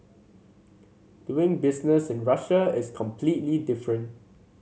doing business in Russia is completely different